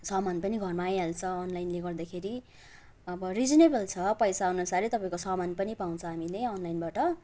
सामान पनि घरमा आइहाल्छ अनलाइनले गर्दाखेरि अब रिजनेबल छ पैसाअनुसारै तपाईँको सामान पनि पाउँछ हामीले अनलाइनबाट